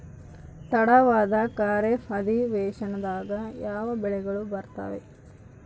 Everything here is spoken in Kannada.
ತಡವಾದ ಖಾರೇಫ್ ಅಧಿವೇಶನದಾಗ ಯಾವ ಬೆಳೆಗಳು ಬರ್ತಾವೆ?